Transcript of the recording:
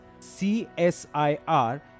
CSIR